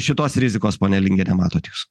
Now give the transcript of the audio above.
šitos rizikos pone linge nematot jūs